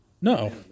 No